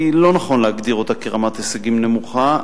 לא נכון להגדיר אותה כרמת הישגים נמוכה.